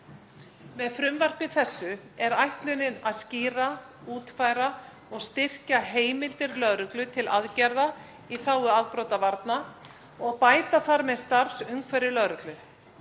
Með frumvarpi þessu er ætlunin að skýra, útfæra og styrkja heimildir lögreglu til aðgerða í þágu afbrotavarna og bæta þar með starfsumhverfi lögreglu.